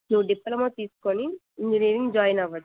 నువ్వు డిప్లమా తీసుకుని engineering join అవ్వచ్చు